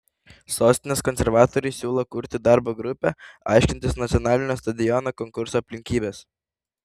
sostinės konservatoriai siūlo kurti darbo grupę aiškintis nacionalinio stadiono konkurso aplinkybes